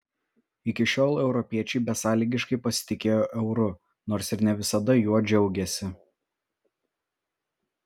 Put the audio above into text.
iki šiol europiečiai besąlygiškai pasitikėjo euru nors ir ne visada juo džiaugėsi